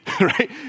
right